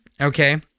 okay